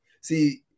See